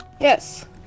Yes